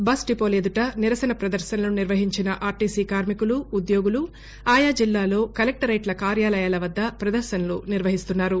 bus డిపోల ఎదుట నిరసన ప్రదర్శనలు నిర్వహించిన ఆర్టీసీ కార్మికులు ఉద్యోగులు ఆయా జిల్లాల్లో కలెక్టరేట్ కార్యాలయాల వద్ద నిరసన పదర్శనలు నిర్వహించారు